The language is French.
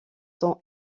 son